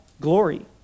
glory